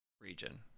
region